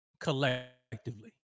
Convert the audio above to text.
collectively